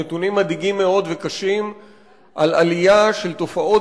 נתונים מדאיגים מאוד וקשים על עלייה של תופעות